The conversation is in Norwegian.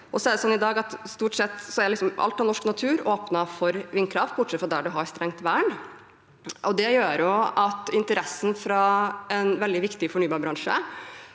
alt av norsk natur er åpnet for vindkraft, bortsett fra der en har strengt vern. Det gjør jo at interessen fra en veldig viktig fornybarbransje